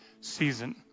season